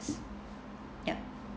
yup